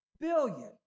billion